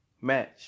match